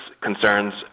concerns